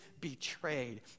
betrayed